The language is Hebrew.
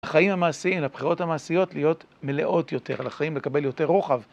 החיים המעשיים, הבחירות המעשיות, להיות מלאות יותר לחיים, לקבל יותר רוחב.